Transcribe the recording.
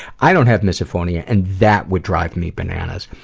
i don't have misophonia and that would drive me bananas.